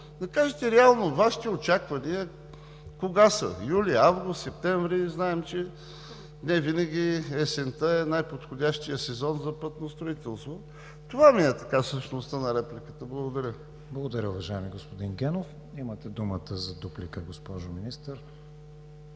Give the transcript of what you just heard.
да кажете реално Вашите очаквания за кога са – юли, август, септември. Знаем, че не винаги есента е най-подходящият сезон за пътно строителство. Това ми е същността на репликата. Благодаря. ПРЕДСЕДАТЕЛ КРИСТИАН ВИГЕНИН: Благодаря, уважаеми господин Генов. Имате думата за дуплика, госпожо Министър.